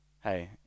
hey